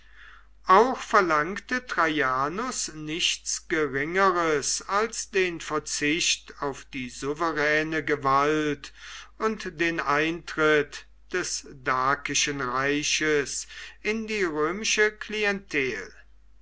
auch verlangte traianus nichts geringeres als den verzicht auf die souveräne gewalt und den eintritt des dakischen reiches in die römische klientel